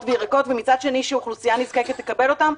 וירקות ומצד שני שאוכלוסייה נזקקת תקבל אותם.